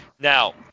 Now